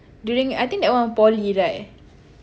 during I think that one poly right